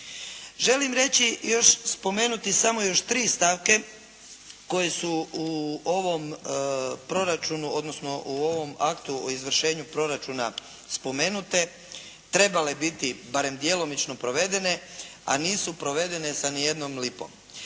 Želim reći i još spomenuti samo još tri stavke koje su u ovom proračunu, odnosno u ovom aktu o izvršenju proračuna spomenute trebale biti barem djelomično provedene, a nisu provedene sa ni jednom lipom.